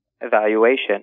evaluation